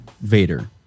Vader